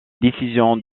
décisions